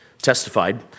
testified